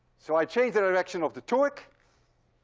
so i change the direction of the torque.